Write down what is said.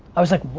i was like,